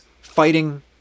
fighting